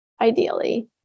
ideally